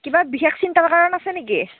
কিবা বিশেষ চিন্তাৰ কাৰণ আছে নেকি